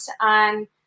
on